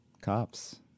cops